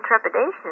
trepidation